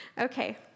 Okay